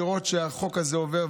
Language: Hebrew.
לראות שהחוק הזה עובר,